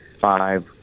five